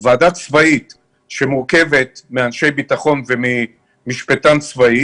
שתהיה ועדה צבאית שמורכבת מאנשי ביטחון ומשפטן צבאי